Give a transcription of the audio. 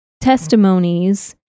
testimonies